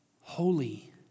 holy